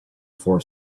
for